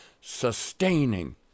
sustaining